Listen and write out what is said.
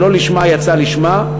שלא לשמה יצא לשמה,